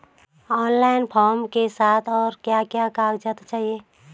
आवेदन फार्म के साथ और क्या क्या कागज़ात चाहिए?